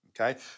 okay